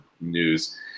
news